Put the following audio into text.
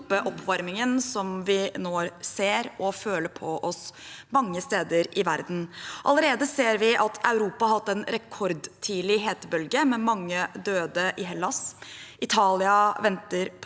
oppvarmingen, som vi nå ser og føler mange steder i verden. Allerede ser vi at Europa har hatt en rekordtidlig hetebølge, med mange døde i Hellas. Italia venter på